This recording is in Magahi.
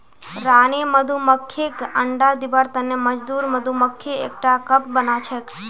रानी मधुमक्खीक अंडा दिबार तने मजदूर मधुमक्खी एकटा कप बनाछेक